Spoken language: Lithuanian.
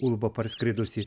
ulba parskridusi